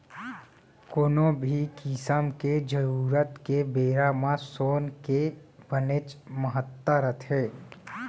कोनो भी किसम के जरूरत के बेरा म सोन के बनेच महत्ता रथे